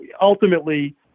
ultimately